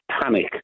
panic